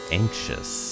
anxious